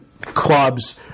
clubs